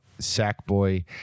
Sackboy